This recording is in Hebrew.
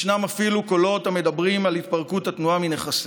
ישנם אפילו קולות המדברים על התפרקות התנועה מנכסיה.